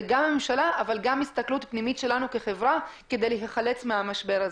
גם הממשלה וגם הסתכלות פנימית שלנו כחברה כדי להילחץ מהמשבר הזה.